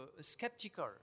skeptical